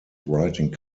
writing